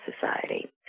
society